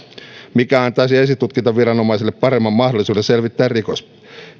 mikä antaisi esitutkintaviranomaiselle paremman mahdollisuuden selvittää rikos